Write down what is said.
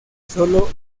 solo